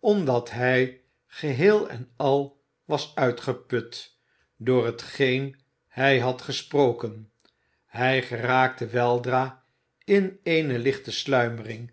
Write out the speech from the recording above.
omdat hij geheel en al was uitgeput door hetgeen hij had gesproken hij geraakte weldra in eene lichte sluimering